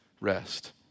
rest